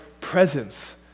presence